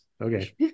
Okay